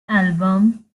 album